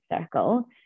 circle